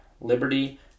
Liberty